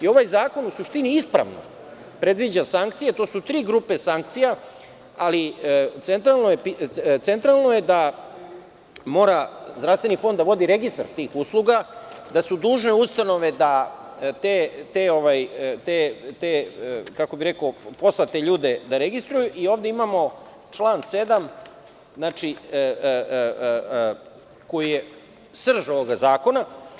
Ovaj zakonu suštini ispravno predviđa sankcije, to su tri grupe sankcija, ali centralno je da mora Zdravstveni fond da vodi registar tih usluga, da su dužne ustanove da te, kako bih rekao, poslate ljude, da registruju i onda imamo član 7. koji je srž ovog zakona.